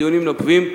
דיונים נוקבים,